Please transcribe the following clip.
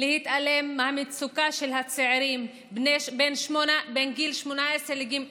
להתעלם מהמצוקה של הצעירים בין גיל 18 לגיל 20,